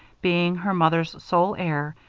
being her mother's sole heir,